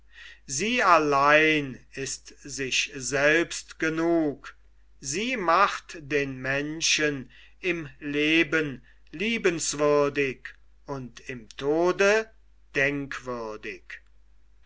sie allein ist sich selbst genug sie macht den menschen im leben liebenswürdig und im tode denkwürdig